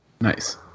Nice